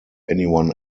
anyone